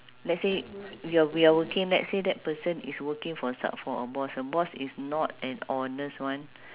let's say you're we are working let's say that person is working for so~ for a boss boss ah is not an honest one